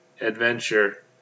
adventure